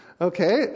okay